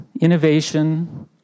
innovation